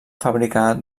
fabricar